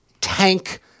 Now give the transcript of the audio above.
tank